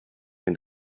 den